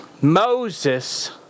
Moses